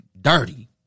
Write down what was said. Dirty